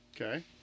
Okay